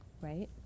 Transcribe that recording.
Right